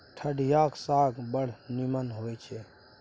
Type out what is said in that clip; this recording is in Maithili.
ठढियाक साग बड़ नीमन होए छै